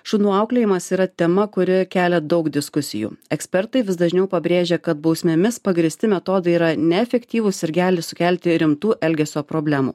šunų auklėjimas yra tema kuri kelia daug diskusijų ekspertai vis dažniau pabrėžia kad bausmėmis pagrįsti metodai yra neefektyvūs ir gali sukelti rimtų elgesio problemų